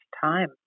time